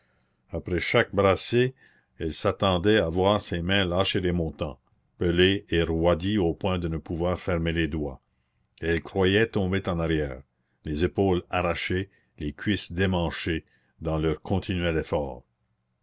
après chaque brassée elle s'attendait à voir ses mains lâcher les montants pelées et roidies au point de ne pouvoir fermer les doigts et elle croyait tomber en arrière les épaules arrachées les cuisses démanchées dans leur continuel effort